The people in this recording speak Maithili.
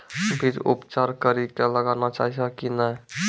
बीज उपचार कड़ी कऽ लगाना चाहिए कि नैय?